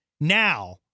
now